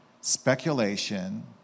speculation